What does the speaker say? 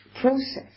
process